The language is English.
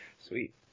Sweet